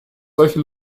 solche